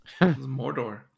Mordor